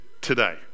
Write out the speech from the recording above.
today